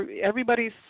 everybody's